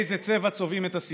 באיזה צבע צובעים את הסיפון.